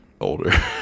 older